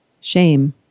shame